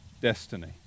destiny